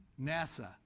NASA